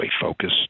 focused